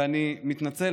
ואני מתנצל,